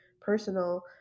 personal